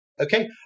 Okay